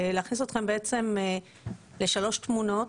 ולהכניס אתכם בעצם לשלוש תמונות